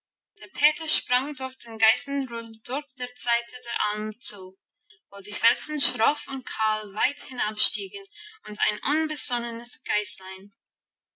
der peter sprang durch den geißenrudel durch der seite der alm zu wo die felsen schroff und kahl weit hinabstiegen und ein unbesonnenes